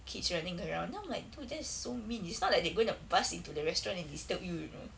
kids running around then I'm like dude that is so mean it's not like they're going to burst into the restaurant and disturb you you know